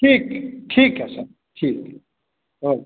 ठीक ठीक ठीक है सर ठीक ओ